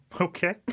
Okay